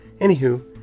Anywho